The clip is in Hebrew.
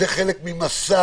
זה חלק ממסע.